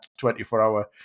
24-hour